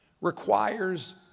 requires